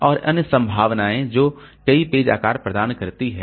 और अन्य संभावनाएं जो कई पेज आकार प्रदान करती हैं